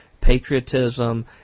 patriotism